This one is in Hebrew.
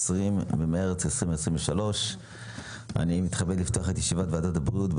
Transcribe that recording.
21 במרץ 2023. אני מתכבד לפתוח את ישיבת ועדת הבריאות.